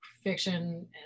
fiction